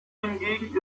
hingegen